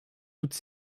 toutes